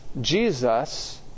Jesus